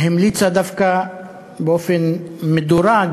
המליצה דווקא להביא באופן מדורג